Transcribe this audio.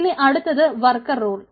ഇനി അടുത്തത് worker role